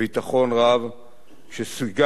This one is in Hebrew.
כשסיגריה נעוצה בזווית הפה,